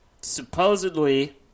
supposedly